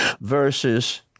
verses